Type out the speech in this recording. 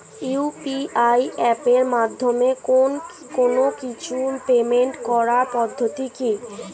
UPI এপের মাধ্যমে কোন কিছুর পেমেন্ট করার পদ্ধতি কি?